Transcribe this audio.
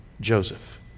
Joseph